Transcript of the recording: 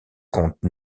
compte